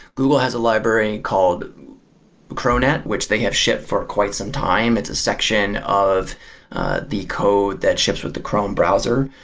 google has a library called pronet, which they have shipped for quite some time. it's a section of the code that shifts with the chrome browser.